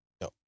No